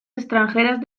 extranjeras